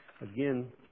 Again